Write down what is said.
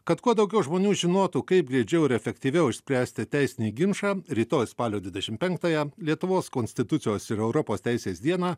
kad kuo daugiau žmonių žinotų kaip greičiau ir efektyviau išspręsti teisinį ginčą rytoj spalio dvidešim penktąją lietuvos konstitucijos ir europos teisės dieną